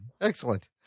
Excellent